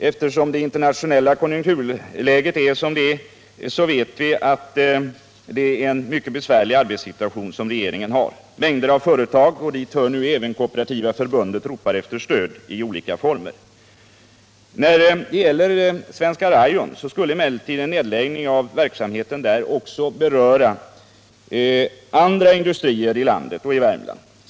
Eftersom det internationella konjunkturläget är som det är har regeringen en mycket besvärlig arbetssituation. Mängder av företag — och dit hör nu även Kooperativa förbundet — ropar efter stöd i olika former. När det gäller Svenska Rayon skulle emellertid en nedläggning av verksamheten där också beröra andra industrier i landet och i Värmland.